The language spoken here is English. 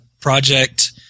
project